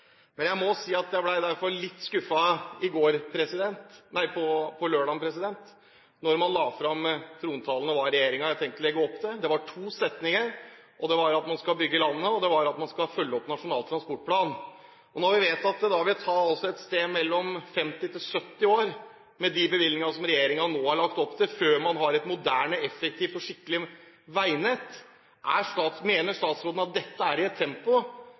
Men jeg må si at jeg derfor ble litt skuffet i går, da man la fram trontalen og jeg så hva regjeringen har tenkt å legge opp til. Det var to setninger: at man skal bygge landet, og at man skal følge opp Nasjonal transportplan. Når vi vet at det vil ta et sted mellom 50 og 70 år med de bevilgningene som regjeringen nå har lagt opp til, før man har et moderne, effektivt og skikkelig veinett, mener statsråden at det er godt nok med et tempo